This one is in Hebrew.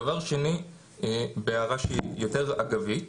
דבר שני, בהערה שהיא יותר אגבית,